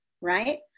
right